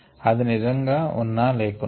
అది నిజముగా ఉన్న లేకున్నా